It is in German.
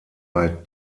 bei